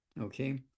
okay